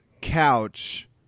couch